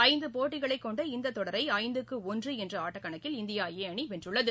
ஐந்து போட்டிகளை கொண்ட இந்த தொடரை ஐந்துக்கு ஒன்று என்ற ஆட்டக்கணக்கில் இந்தியா ஏ அணி வென்றுள்ளது